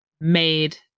Made